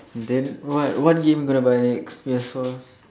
then what what game you going to buy next P_S four